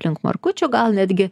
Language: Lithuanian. link markučių gal netgi